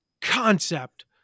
concept